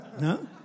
No